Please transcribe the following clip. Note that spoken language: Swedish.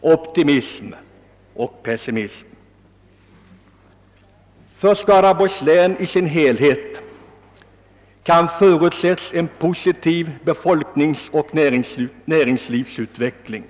både optimism och pessimism. För Skaraborgs län i dess helhet kan förutses en positiv befolkningsoch = näringslivsutveckling.